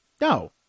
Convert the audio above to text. no